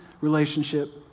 relationship